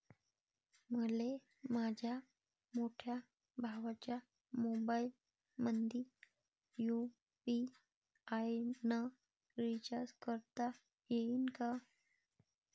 मले माह्या मोठ्या भावाच्या मोबाईलमंदी यू.पी.आय न रिचार्ज करता येईन का?